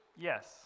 yes